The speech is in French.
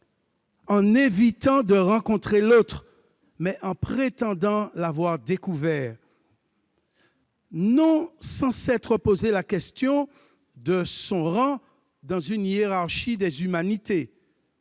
en évitant de rencontrer l'autre, mais en prétendant l'avoir découvert, non sans s'être posé la question de son rang dans une hiérarchie des humanités,